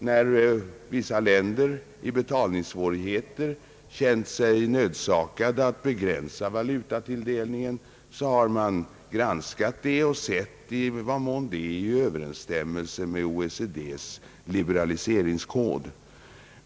När vissa länder i betalningssvårigheter känt sig nödsakade att begränsa valutatilldelningen har man granskat detta och sett i vad mån det är i överensstämmelse med OECD :s liberaliseringskod.